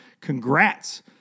congrats